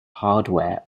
hardware